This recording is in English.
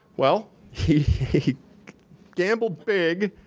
well, he he gambled big,